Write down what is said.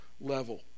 level